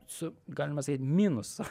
su galima sakyt minusu